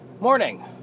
Morning